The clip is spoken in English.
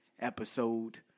episode